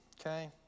Okay